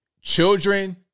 children